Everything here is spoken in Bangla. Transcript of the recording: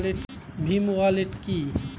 ভীম ওয়ালেট কি?